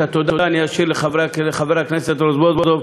את התודה אני אשאיר לחבר הכנסת רזבוזוב,